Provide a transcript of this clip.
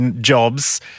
jobs